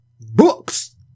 Books